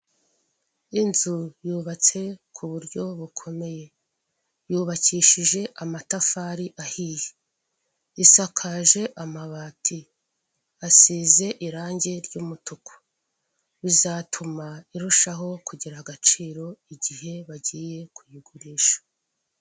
Inzu yubatse ku buryo bukomeye yubakishije amatafari ahiye isakaje amabati asize irange ry'umutuku bizatuma irushaho kugira agaciro igihe bagiye kuyigurisha.